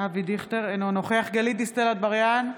אינו נוכח גלית דיסטל אטבריאן,